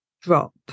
drop